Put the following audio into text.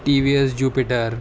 TVS jupiter